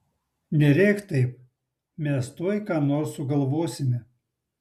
nerėk taip mes tuoj ką nors sugalvosime